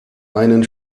einen